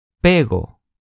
pego